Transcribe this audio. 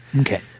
okay